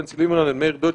בנצי ליברמן ואת מאיר דויטש,